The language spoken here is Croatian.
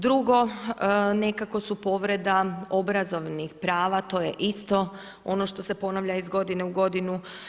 Drugo, nekako su povreda obrazovnih prava, to je isto ono što se ponavlja iz godine u godinu.